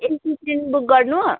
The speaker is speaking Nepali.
एसी चाहिँ बुक गर्नु